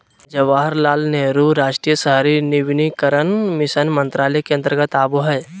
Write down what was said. जवाहरलाल नेहरू राष्ट्रीय शहरी नवीनीकरण मिशन मंत्रालय के अंतर्गत आवो हय